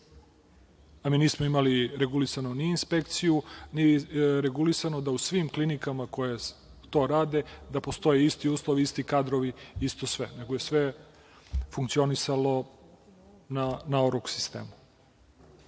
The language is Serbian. Mi nismo imali regulisanu ni inspekciju, niti je regulisano da u svim klinikama koje to rade postoje isti uslovi, isti kadrovi, isto sve, nego je sve funkcionisalo na o-ruk sistemu.